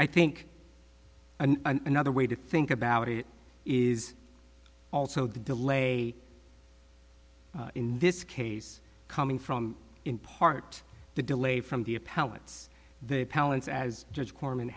i think another way to think about it is also the delay in this case coming from in part the delay from the appellant's they palance as judge korman